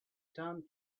town